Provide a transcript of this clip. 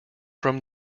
from